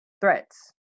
threats